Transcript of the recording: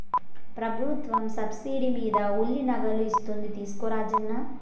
ప్రభుత్వం సబ్సిడీ మీద ఉలి నాగళ్ళు ఇస్తోంది తీసుకో రాజన్న